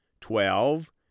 Twelve